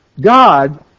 God